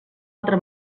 altra